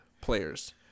players